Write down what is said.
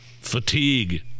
fatigue